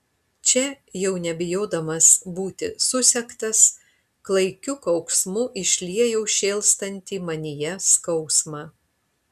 čia jau nebijodamas būti susektas klaikiu kauksmu išliejau šėlstantį manyje skausmą